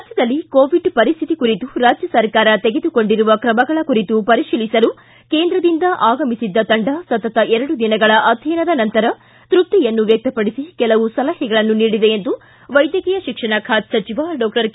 ರಾಜ್ಯದಲ್ಲಿ ಕೋವಿಡ್ ಪರಿಸ್ಥಿತಿ ಕುರಿತು ರಾಜ್ಯ ಸರ್ಕಾರ ತೆಗೆದುಕೊಂಡಿರುವ ಕ್ರಮಗಳ ಕುರಿತು ಪರಿಶೀಲಿಸಲು ಕೇಂದ್ರದಿಂದ ಆಗಮಿಸಿದ್ದ ತಂಡ ಸತತ ಎರಡು ದಿನಗಳ ಅಧ್ಯಯನದ ನಂತರ ತೈಪ್ತಿಯನ್ನು ವ್ಯಕ್ತಪಡಿಸಿ ಕೆಲವು ಸಲಹೆಗಳನ್ನು ನೀಡಿದೆ ಎಂದು ವೈದ್ಯಕೀಯ ಶಿಕ್ಷಣ ಖಾತೆ ಸಚಿವ ಡಾಕ್ಟರ್ ಕೆ